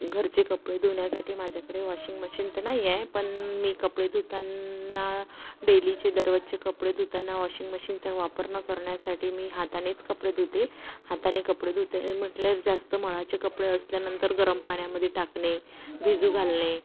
घरचे कपडे धुण्यासाठी माझ्याकडे वॉशिंग मशीन तर नाहीए पण मी कपडे धुताना डेलीचे दररोजचे कपडे धुताना वॉशिंग मशीनचा वापर न करण्यासाठी मी हातानेच कपडे धुते हाताने कपडे धुते म्हटल्यावर जास्त मळाचे कपडे असल्यानंतर गरम पाण्यामध्ये टाकणे भिजू घालणे